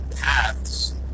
paths